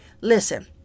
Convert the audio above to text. listen